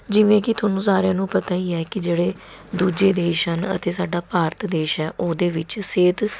ਜਿਵੇਂ ਕਿ ਤੁਹਾਨੂੰ ਸਾਰਿਆਂ ਨੂੰ ਪਤਾ ਹੀ ਹੈ ਕਿ ਜਿਹੜੇ ਦੂਜੇ ਦੇਸ਼ ਹਨ ਅਤੇ ਸਾਡਾ ਭਾਰਤ ਦੇਸ਼ ਹੈ ਉਹਦੇ ਵਿੱਚ ਸਿਹਤ